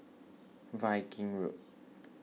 Viking Road